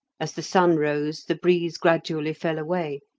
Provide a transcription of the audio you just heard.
as the sun rose the breeze gradually fell away,